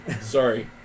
Sorry